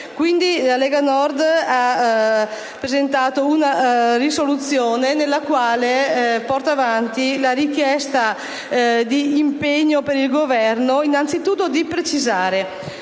ha presentato una proposta di risoluzione nella quale porta avanti la richiesta di impegno per il Governo innanzitutto di precisare